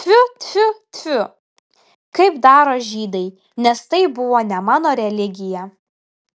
tfiu tfiu tfiu kaip daro žydai nes tai buvo ne mano religija